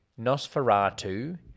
Nosferatu